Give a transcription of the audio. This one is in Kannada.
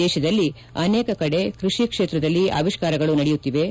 ದೇಶದಲ್ಲಿ ಅನೇಕ ಕಡೆ ಕೃಷಿ ಕ್ಷೇತ್ರದಲ್ಲಿ ಅವಿಷ್ಕಾರಗಳು ನಡೆಯುತ್ತಿವೆ